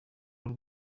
rero